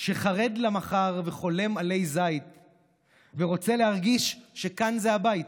שחרד למחר וחולם עלי זית / ורוצה להרגיש שכאן זה הבית?